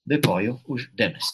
dėkoju už dėmesį